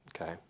okay